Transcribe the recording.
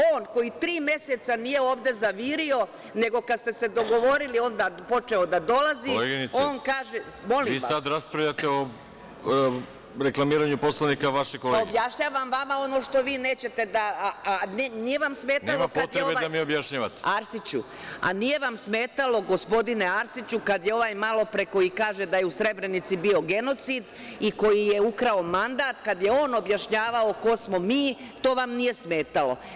On koji tri meseca nije ovde zavirio, nego kad ste se dogovorili, onda je počeo da dolazi... (Predsedavajući: Koleginice, vi sad raspravljate o reklamiranju Poslovnika vašeg kolege.) Objašnjavam vama ono što vi nećete. (Predsedavajući: Nema potrebe da mi objašnjavate.) Gospodine Arsiću, nije vam smetalo kad je ovaj malo pre, koji kaže da je u Srebrenici bio genocid i koji je ukrao mandat, kad je on objašnjavao ko smo mi, to vam nije smetalo.